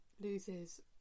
loses